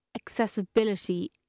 Accessibility